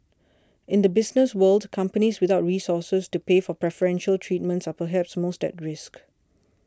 in the business world companies without resources to pay for preferential treatments are perhaps most at risk